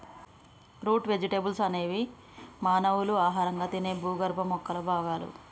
route vegetables అనేది మానవులు ఆహారంగా తినే భూగర్భ మొక్కల భాగాలు